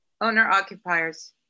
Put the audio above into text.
Owner-occupiers